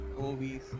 movies